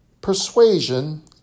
Persuasion